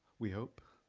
we hope,